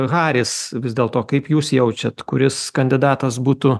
haris vis dėlto kaip jūs jaučiat kuris kandidatas būtų